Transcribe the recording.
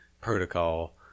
protocol